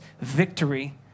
victory